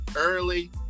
early